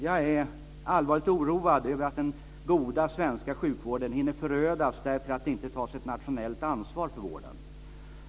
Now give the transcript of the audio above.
Jag är allvarligt oroad över att den goda svenska sjukvården hinner förödas därför att det inte tas ett nationellt ansvar för vården.